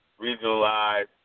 regionalized